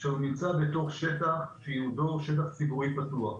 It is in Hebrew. שנמצא בתוך שטח שייעודו שטח ציבורי פתוח.